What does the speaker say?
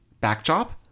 backdrop